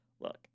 look